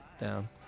down